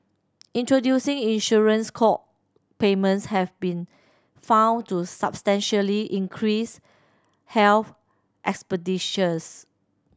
introducing insurance co payments have been found to substantially decrease health expenditures